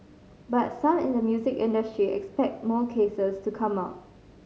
but some in the music industry expect more cases to come out